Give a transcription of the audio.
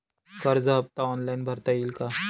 कर्ज हफ्ता ऑनलाईन भरता येईल का?